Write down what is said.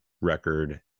record